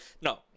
No